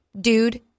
dude